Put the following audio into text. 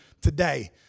today